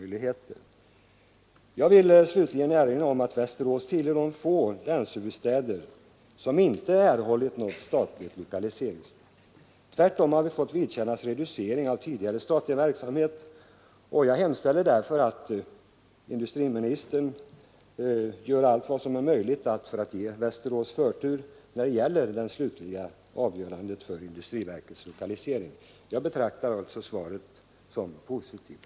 Jag vill slutligen erinra om att Västerås tillhör de få länshuvudstäder som inte erhållit någon statlig lokalisering. Tvärtom har vi fått vidkännas reducering av tidigare statlig verksamhet. Jag hemställer därför att industriministern gör allt som är möjligt för att ge Västerås förtur när det gäller det slutliga avgörandet i fråga om industriverkets lokalisering. Jag betraktar alltså hans svar som positivt.